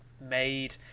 made